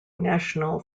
national